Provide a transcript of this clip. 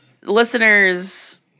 Listeners